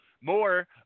More